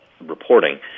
reporting